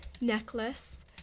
necklace